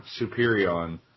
Superion